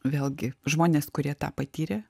vėlgi žmonės kurie tą patyrė